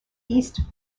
east